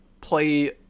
play